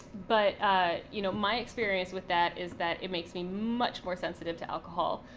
but ah you know my experience with that is that it makes me much more sensitive to alcohol,